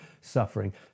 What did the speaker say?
suffering